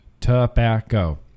tobacco